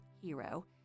hero